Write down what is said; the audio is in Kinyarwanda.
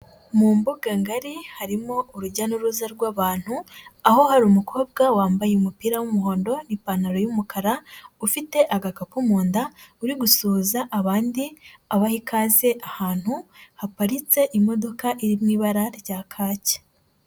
Mu mbuga ngari harimo urujya n'uruza rw'abantu, aho hari umukobwa wambaye umupira w'umuhondo n'ipantaro y'umukara, ufite agakapu mu nda uri gusuhuza abandi, abaha ikaze ahantu haparitse imodoka iri mu ibara rya kaki.